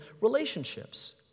relationships